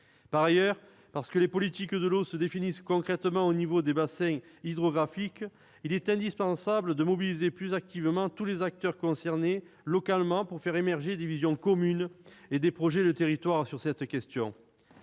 Par ailleurs, parce que les politiques de l'eau se définissent concrètement au niveau des bassins hydrographiques, il est indispensable de mobiliser plus activement tous les acteurs concernés localement pour faire émerger, sur cette question, des visions communes et des projets de territoire. Des exercices